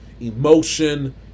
emotion